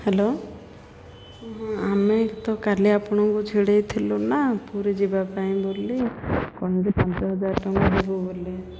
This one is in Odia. ହ୍ୟାଲୋ ଆମେ ତ କାଲି ଆପଣଙ୍କୁ ଛିଡ଼େଇଥିଲୁ ନା ପୁରୀ ଯିବା ପାଇଁ ବୋଲି କ'ଣ କି ପାଞ୍ଚ ହଜାର ଟଙ୍କା ଦେବୁ ବୋଲି